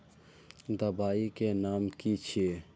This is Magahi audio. दबाई के नाम की छिए?